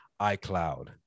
icloud